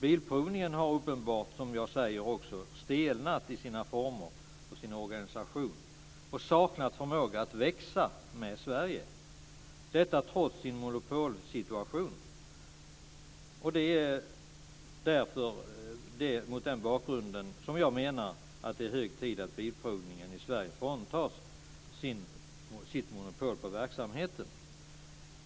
Bilprovningen har uppenbart, som jag också säger, stelnat i sina former och sin organisation och saknar förmåga att växa med Sverige - detta trots sin monopolsituation. Det är mot den bakgrunden som jag menar att det är hög tid att Bilprovningen i Sverige fråntas sitt monopol på verksamheten.